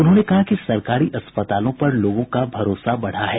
उन्होंने कहा कि सरकारी अस्पतालों पर लोगों का भरोसा बढ़ा है